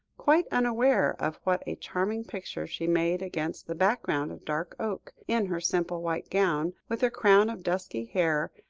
quite unaware of what a charming picture she made against the background of dark oak, in her simple white gown, with her crown of dusky hair,